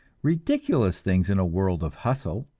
ridiculous things in a world of hustle.